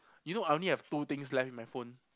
you know I only have two things left in my phone